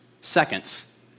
seconds